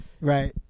Right